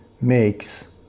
makes